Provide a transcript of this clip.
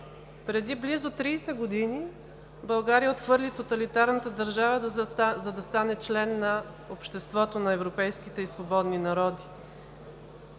Преди близо 30 години България отхвърли тоталитарната държава, за да стане член на обществото на европейските и свободни народи.